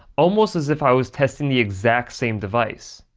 almost as if i was testing the exact same device.